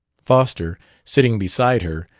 foster, sitting beside her,